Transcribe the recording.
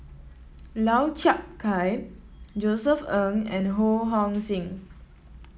Lau Chiap Khai Josef Ng and Ho Hong Sing